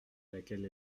laquelle